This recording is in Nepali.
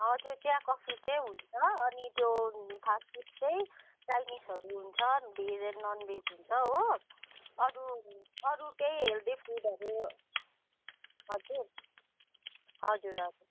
हजुर चिया कफी चाहिँ हुन्छ अनि त्यो फास्टफुड चाहिँ चाइनिसहरू हुन्छ भेज एन्ड ननभेज हुन्छ हो अरू अरू केही हेल्दी फुडहरू हजुर हजुर हजुर